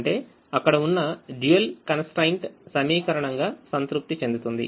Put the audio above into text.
అంటే అక్కడ ఉన్నdual constraint సమీకరణం గా సంతృప్తి చెందుతుంది